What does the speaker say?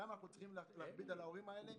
למה אנחנו צריכים להכביד על הורים האלה,